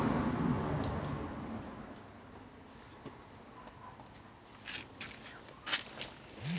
ನಾನು ಆನ್ಲೈನ್ನಲ್ಲಿ account open ಮಾಡಬೇಕಾದರೆ ಯಾವ ಎಲ್ಲ ದಾಖಲೆಗಳನ್ನು ನಿಮಗೆ ನೀಡಬೇಕೆಂದು ತಿಳಿಸಿ?